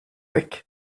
week